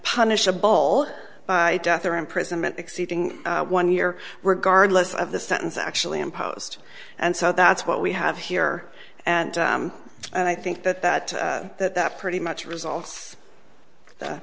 punishable by death or imprisonment exceeding one year regardless of the sentence actually imposed and so that's what we have here and i think that that that that pretty much results